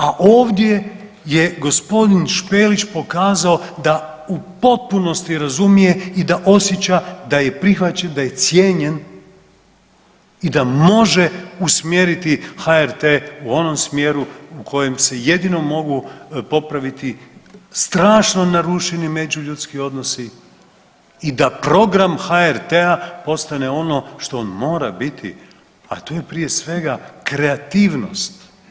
A ovdje je g. Špelić pokazao da u potpunosti razumije i da osjeća da je prihvaćen, da je cijenjen i da može usmjeriti HRT u onom smjeru u kojem se jedino mogu popraviti strašno narušeni međuljudski odnosi i da program HRT-a postane ono što mora biti, a to je prije svega, kreativnost.